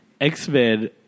X-Men